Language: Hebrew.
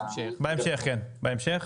כן, בהמשך.